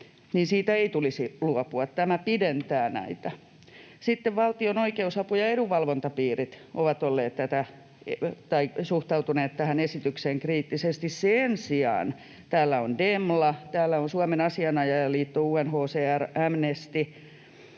ei tulisi luopua. Tämä pidentää näitä. Sitten valtion oikeusapu- ja edunvalvontapiirit ovat suhtautuneet tähän esitykseen kriittisesti. Sen sijaan täällä on Demla, Suomen Asianajajaliitto, UNHCR, Amnesty